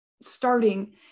starting